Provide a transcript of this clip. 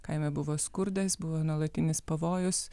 kaime buvo skurdas buvo nuolatinis pavojus